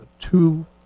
two